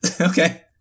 Okay